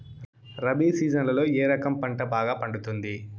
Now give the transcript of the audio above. రబి సీజన్లలో ఏ రకం పంట బాగా పండుతుంది